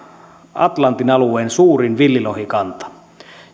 atlantin alueen suurin villilohikanta